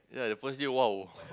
yea the first day !wow!